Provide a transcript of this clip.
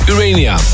Urania